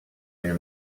near